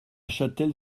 châtel